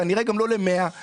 כנראה גם לא ל-100.